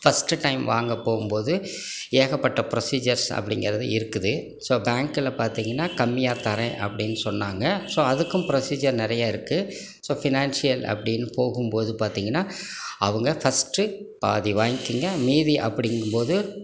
first time வாங்க போகும் போது ஏகப்பட்ட ப்ரொசீஜர்ஸ் அப்படிங்குறது இருக்குது ஸோ பேங்கில் பார்த்தீங்கன்னா கம்மியாக தரேன் அப்படின்னு சொன்னாங்க ஸோ அதுக்கும் ப்ரொசீஜர் நிறைய இருக்குது ஸோ ஃபினான்சியல் அப்படின்னு போகும்போது பார்த்தீங்கன்னா அவங்க ஃபர்ஸ்ட்டு பாதி வாங்கிக்கங்க மீதி அப்படிங்கும்போது